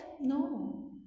No